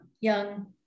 young